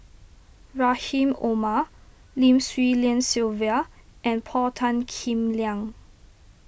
Rahim Omar Lim Swee Lian Sylvia and Paul Tan Kim Liang